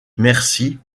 merci